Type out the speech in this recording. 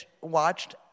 watched